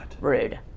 Rude